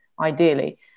ideally